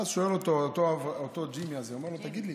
ואז שואל אותו ג'ימי הזה: תגיד לי,